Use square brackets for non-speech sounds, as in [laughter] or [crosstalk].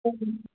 [unintelligible]